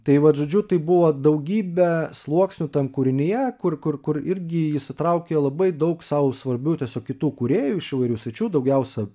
tai vat žodžiu tai buvo daugybė sluoksnių tam kūrinyje kur kur kur irgi įsitraukė labai daug sau svarbių tiesiog kitų kūrėjų iš įvairių sričių daugiausia